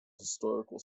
historical